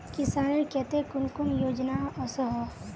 किसानेर केते कुन कुन योजना ओसोहो?